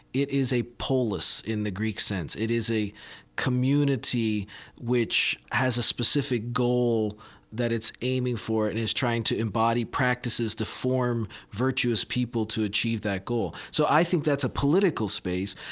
it is a polis, in the greek sense. it is a community which has a specific goal that it's aiming for and is trying to embody practices to form, virtuous people to achieve that goal. so i think that's a political space,